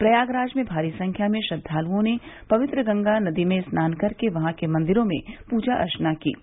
प्रयागराज में भारी संख्या में श्रद्वालुओं ने पवित्र गंगा नदी में स्नान कर के वहां के मंदिरों में पूजा अर्चना कर रहे हैं